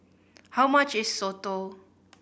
how much is soto